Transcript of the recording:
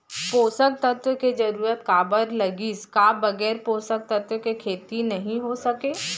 पोसक तत्व के जरूरत काबर लगिस, का बगैर पोसक तत्व के खेती नही हो सके?